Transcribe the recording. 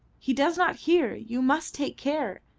he does not hear. you must take care,